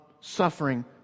suffering